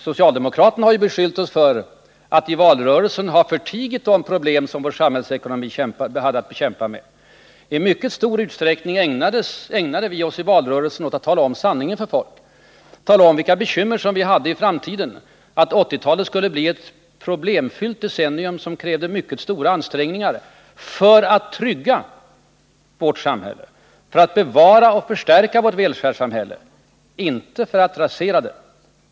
Socialdemokraterna har ju beskyllt oss för att i valrörelsen ha förtigit de problem som vår samhällsekonomi hade att kämpa med. I mycket stor utsträckning ägnade vi oss i valrörelsen åt att tala om sanningen för folk, tala om vilka bekymmer som vi hade att möta i framtiden — att 1980-talet skulle bli ett problemfyllt decennium som krävde mycket stora ansträngningar för att bevara och förstärka vårt välfärdssamhälle, inte för att rasera det.